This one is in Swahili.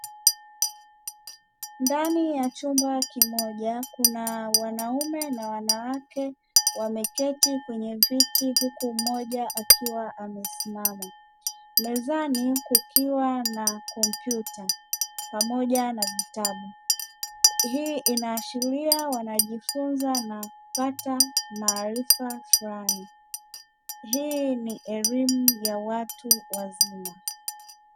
Ndani ya chumba kimoja kuna wanaume na wanawake wameketi kwenye viti huku mmoja akiwa amesimama. Mezani kukiwa na kompyuta pamoja na vitabu. Hii inaashiria wanajifunza na kupata maarifa fulani, hii ni elimu ya watu wazima.